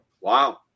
Wow